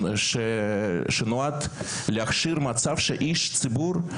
שנועד להכשיר מצב שבו איש ציבור,